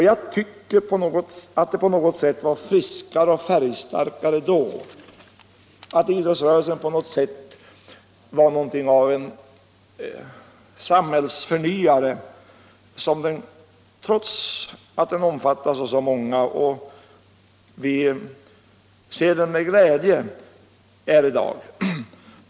Jag tycker att den på något sätt var friskare och färgstarkare då, att den var något av en samhällsförnyare. Det är den inte i dag trots att den omfattas av så många, vilket vi naturligtvis ser med glädje.